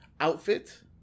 outfit